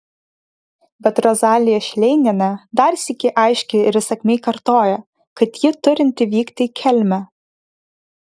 bet rozalija šleinienė dar sykį aiškiai ir įsakmiai kartoja kad ji turinti vykti į kelmę